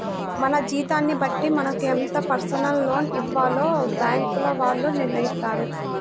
మన జీతాన్ని బట్టి మనకు ఎంత పర్సనల్ లోన్ ఇవ్వాలో బ్యేంకుల వాళ్ళు నిర్ణయిత్తారు